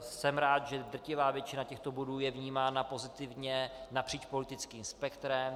Jsem rád, že drtivá většina těchto bodů je vnímána pozitivně napříč politickým spektrem.